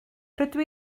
rydw